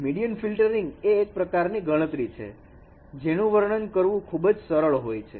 median filtering એક પ્રકારની ગણતરી છે જે નું વર્ણન કરવું ખૂબ જ સરળ હોય છે